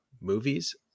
Movies